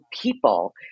people